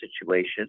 situation